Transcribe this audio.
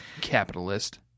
capitalist